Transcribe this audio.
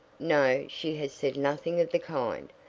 no, she has said nothing of the kind.